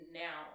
now